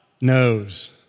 knows